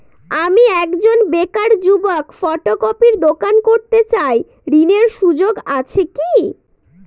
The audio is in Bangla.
আমি একজন বেকার যুবক ফটোকপির দোকান করতে চাই ঋণের সুযোগ আছে কি?